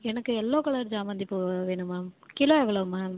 எனக்கு yellow colour சாமாந்திப்பூ வேணும் மேம் கிலோ எவ்வளோ மேம்